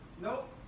Nope